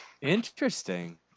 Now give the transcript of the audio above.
Interesting